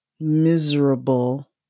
miserable